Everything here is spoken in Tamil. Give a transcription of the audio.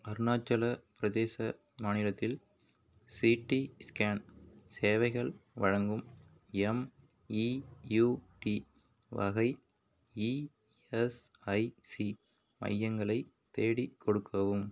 அருணாச்சல பிரதேச மாநிலத்தில் சிடி ஸ்கேன் சேவைகள் வழங்கும் எம்இயுடி வகை இஎஸ்ஐசி மையங்களை தேடிக் கொடுக்கவும்